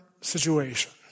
situation